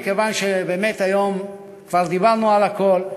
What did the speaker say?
מכיוון שבאמת היום כבר דיברנו על הכול,